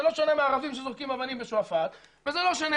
זה לא שונה מערבים שזורקים אבנים בשועפט וזה לא שונה,